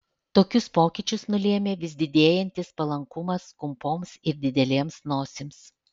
tokius pokyčius nulėmė vis didėjantis palankumas kumpoms ir didelėms nosims